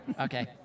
Okay